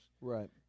Right